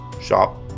shop